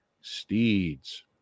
Steeds